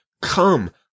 Come